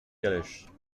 calèches